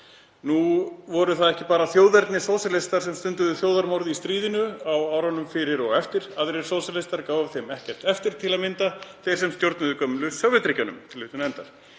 Nú voru það ekki bara þjóðernissósíalistar sem stunduðu þjóðarmorð í stríðinu og á árunum fyrir og eftir. Aðrir sósíalistar gáfu þeim ekkert eftir, til að mynda þeir sem stjórnuðu gömlu Sovétríkjunum. Ýjar hv. þingmaður